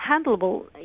handleable